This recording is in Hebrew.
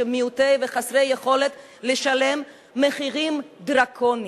שהם מעוטי וחסרי יכולת לשלם מחירים דרקוניים,